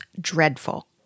dreadful